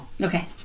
Okay